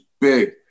big